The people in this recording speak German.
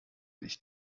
nicht